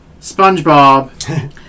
SpongeBob